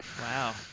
Wow